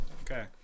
Okay